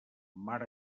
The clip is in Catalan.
mar